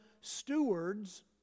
stewards